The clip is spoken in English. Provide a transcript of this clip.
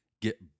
get